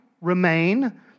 remain